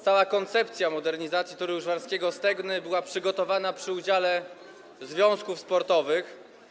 Cała koncepcja modernizacji Toru Łyżwiarskiego Stegny była przygotowana z udziałem związków sportowych.